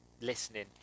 listening